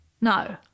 No